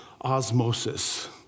osmosis